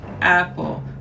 Apple